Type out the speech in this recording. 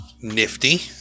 Nifty